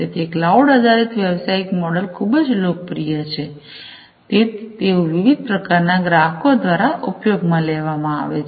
તેથી ક્લાઉડ આધારિત વ્યવસાયિક મોડલ ખૂબ જ લોકપ્રિય છે તેઓ વિવિધ પ્રકારના ગ્રાહકો દ્વારા ઉપયોગમાં લેવાય છે